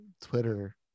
twitter